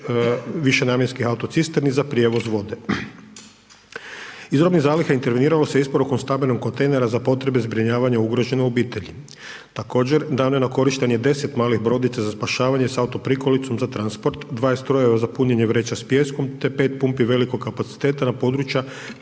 više namjenskih autocisterni za prijevoz vode. Iz robnih zaliha interveniralo se isporukom stambenog kontejnera za potrebe zbrinjavanje ugrožene obitelji. Također, dano je na korištenje 10 malih brodica za spašavanje sa auto-prikolicom za transport, 20 strojeva za punjenje vreća s pijeskom te 5 pumpi velikog kapaciteta na područja